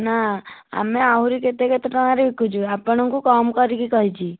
ନା ଆମେ ଆହୁରି କେତେ କେତେ ଟଙ୍କାରେ ବିକୁଛୁ ଆପଣଙ୍କୁ କମ୍ କରିକି କହିଛି